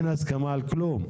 אין הסכמה על כלום.